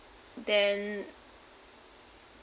then